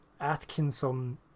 Atkinson